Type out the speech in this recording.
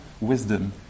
wisdom